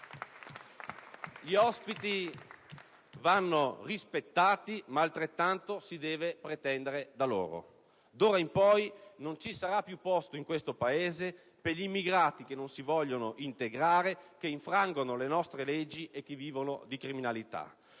Gli ospiti vanno rispettati, ma altrettanto si deve pretendere da loro. D'ora in poi, non ci sarà più posto in questo Paese per gli immigrati che non si vogliono integrare, che infrangono le nostre leggi e che vivono di criminalità,